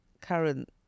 current